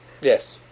yes